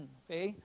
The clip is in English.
okay